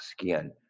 skin